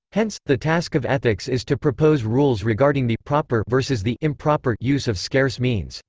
hence, the task of ethics is to propose rules regarding the proper versus the improper use of scarce means.